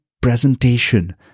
presentation